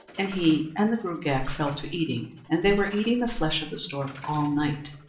and he and the gruagach fell to eating, and they were eating the flesh of the stork all night.